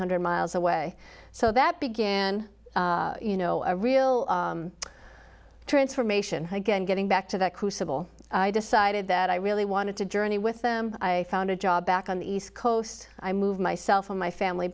hundred miles away so that began you know a real transformation again getting back to that crucible i decided that i really wanted to journey with them i found a job back on the east coast i moved myself and my family